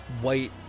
white